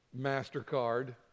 MasterCard